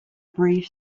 brief